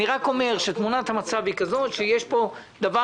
אני רק אומר שתמונת המצב היא כזאת שיש פה דבר